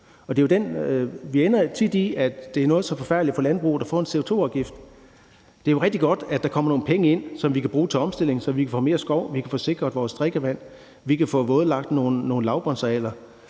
at det sker. Vi ender tit i, at det er noget så forfærdeligt for landbruget at få en CO2-afgift, men det er rigtig godt, at der kommer nogle penge ind, som vi kan bruge til omstilling, så vi kan få mere skov, vi kan få sikret vores drikkevand, vi kan få vådlagt nogle lavbundsarealer.